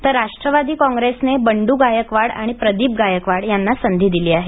तर राष्ट्रवादी काँग्रेसने बंड्र गायकवाड आणि प्रदीप गायकवाड यांना संधी दिली आहे